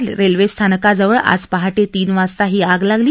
Tiroda railway स्थानकाजवळ आज पहाटे तीन वाजता ही आग लागली